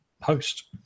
post